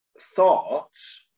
thoughts